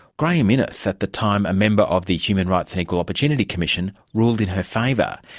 graeme innes, at the time a member of the human rights and equal opportunity commission, ruled in her favour.